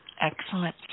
Excellent